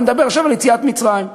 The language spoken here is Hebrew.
ונדבר עכשיו על יציאת מצרים.